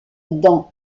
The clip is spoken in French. dans